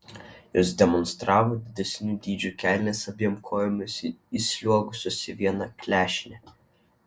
jos demonstravo didesnių dydžių kelnes abiem kojomis įsliuogusios į vieną klešnę